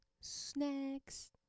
snacks